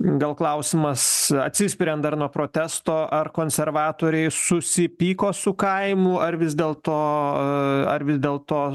gal klausimas atsispiriant dar nuo protesto ar konservatoriai susipyko su kaimu ar vis dėlto ar vis dėlto